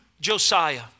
Josiah